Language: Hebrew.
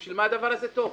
בשביל מה הדבר הזה טוב?